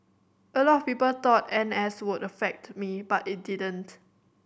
a lot of people thought N S would affect me but it didn't